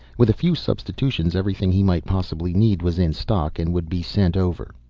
with a few substitutions, everything he might possibly need was in stock, and would be sent over.